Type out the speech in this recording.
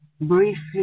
briefly